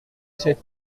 cet